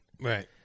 Right